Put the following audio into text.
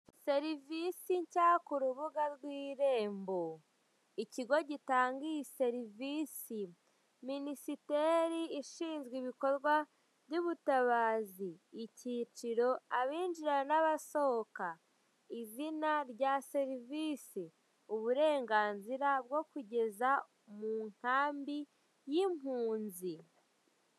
Serivisi nshya ku rubuga rw'irembo. Ikigo gitanga iyi serivisi; Minisiteri ishinzwe ibikorwa by'ubutabazi, Ikiciro; Abinjira n'abasohoka, Izina rya serivise; Uburengabzira bwo kugeza mu nkambi y'impunzi.